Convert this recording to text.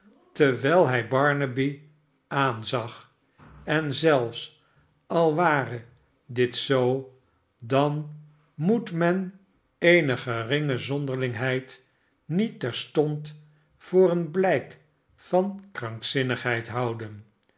terwijl hij barnaby aanzag en zelfs al ware dit zoo dan moet men eene geringe zonderlingheid niet terstond voor een blijk van krankzinnigheid houden